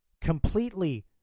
completely